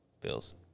Bills